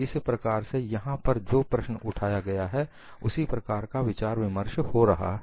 इस प्रकार से यहां पर जो प्रश्न उठाया गया है उसी प्रकार का विचार विमर्श हो रहा है